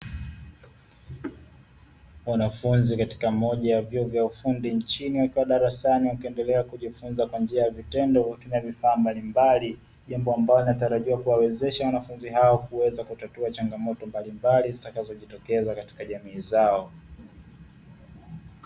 Wanafunzi katika moja ya vyuo vya ufundi nchini, wakiwa darasani wakiendele kujifunza kwa njia ya vitendo kwa kutumia vifaa mbalimbali. Jambo ambalo linatarajiwa kuwawezesha wanafunzi hao kuweza kutatua changamoto mbalimbali zitakazojitokeza katika jamii zao.